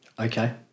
Okay